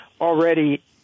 already